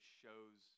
shows